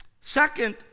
second